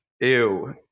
Ew